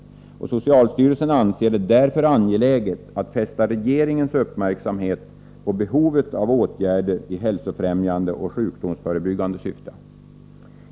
Socialstyrelsen anser det därför angeläget att fästa regeringens uppmärksamhet på behovet av åtgärder i hälsofrämjande och sjukdomsförebyggande syfte.